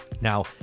Now